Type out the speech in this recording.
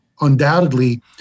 undoubtedly